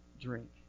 drink